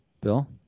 Bill